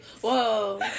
Whoa